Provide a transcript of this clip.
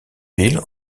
ville